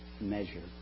measure